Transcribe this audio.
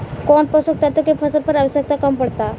कौन पोषक तत्व के फसल पर आवशयक्ता कम पड़ता?